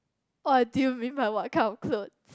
what do you mean by what kind of clothes